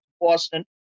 Boston